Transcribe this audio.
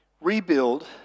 rebuild